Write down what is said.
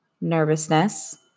nervousness